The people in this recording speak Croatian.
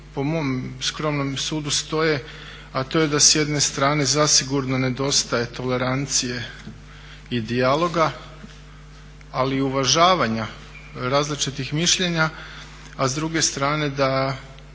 po mom skromnom sudu stoje, a to je da s jedne strane zasigurno nedostaje tolerancije i dijaloga, ali i uvažavanja različitih mišljenja, a s druge strane da,